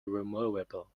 removable